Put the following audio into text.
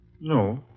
No